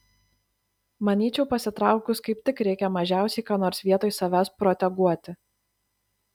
manyčiau pasitraukus kaip tik reikia mažiausiai ką nors vietoj savęs proteguoti